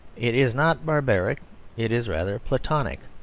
it is not barbaric it is rather platonic.